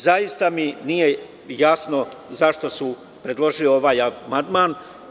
Zaista mi nije jasno zašto su predložili ovaj amandman.